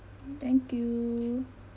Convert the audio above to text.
thank you